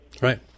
right